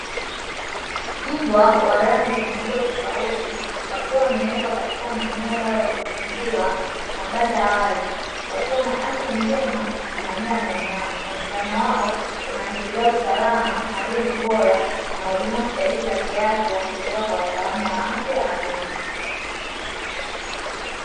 Mbwa wa rangi na ukubwa tofauti, wakiwa wamewekwa katika maeneo yao ya kutunziwa, mabanda ya wazi, wakiwa na afya njema na manyoya yanayong'aa. Muonekano wao unaashiria usalama, malezi bora, na huduma stahiki za kiafya kutoka kwa wataalamu wa afya ya wanyama.